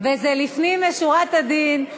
וזה לפנים משורת הדין,